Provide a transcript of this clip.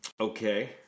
Okay